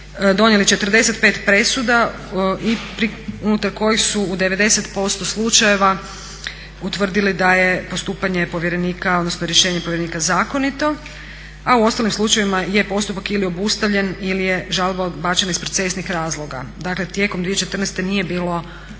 donijeli 45 presuda unutar kojih su u 90% slučajeva utvrdili da je postupanje povjerenika, odnosno rješenje povjerenika zakonito. A u ostalim slučajevima je postupak ili obustavljen ili je žalba odbačena iz procesnih razloga. Dakle tijekom 2014. nije bilo